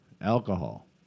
alcohol